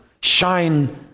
shine